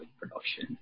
production